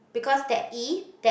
because that E that